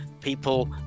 people